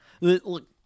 Look